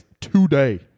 Today